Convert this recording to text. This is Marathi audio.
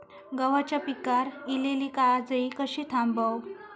गव्हाच्या पिकार इलीली काजळी कशी थांबव?